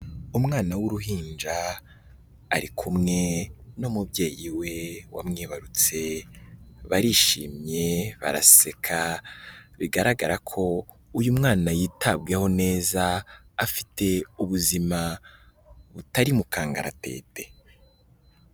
Umwana w'uruhinja ari kumwe n'umubyeyi we wamwibarutse barishimye baraseka, bigaragara ko uyu mwana yitaweho neza, afite ubuzima butari mu kangaratete.